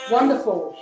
Wonderful